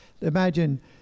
imagine